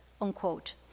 unquote